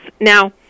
Now